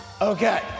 Okay